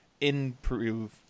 improve